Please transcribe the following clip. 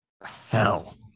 Hell